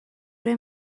روی